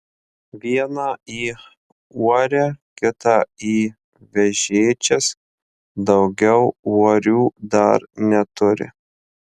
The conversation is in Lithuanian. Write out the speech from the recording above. vieną į uorę kitą į vežėčias daugiau uorių dar neturi